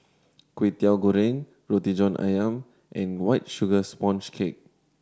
Kwetiau Goreng Roti John Ayam and White Sugar Sponge Cake